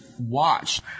watch